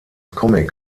comic